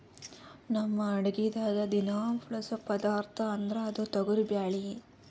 ನಮ್ ಅಡಗಿದಾಗ್ ದಿನಾ ಬಳಸೋ ಪದಾರ್ಥ ಅಂದ್ರ ಅದು ತೊಗರಿಬ್ಯಾಳಿ